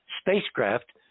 spacecraft